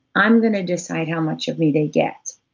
i'm gonna decide how much of me they get,